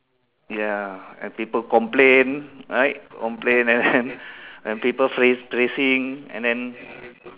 ya and people complain right complain and then and people praise~ praising and then